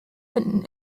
finden